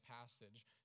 passage